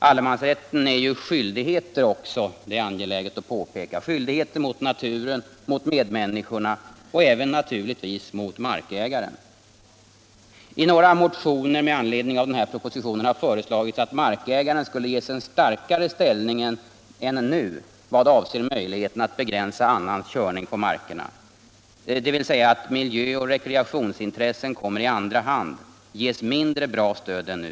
Allemansrätten innebär ju också — och detta är angeläget att påpeka — skyldigheter mot naturen, mot medmänniskorna och naturligtvis även mot markägaren. I några motioner med anledning av den aktuella propositionen har föreslagits att markägaren skulle ges en starkare ställning än nu vad avser möjligheterna att begränsa annans körning på markerna. Detta innebär att miljöoch rekreationsintressen kommer i andra hand och får mindre bra stöd än nu.